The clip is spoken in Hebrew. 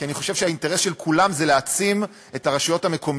כי אני חושב שהאינטרס של כולם הוא להעצים את הרשויות המקומיות,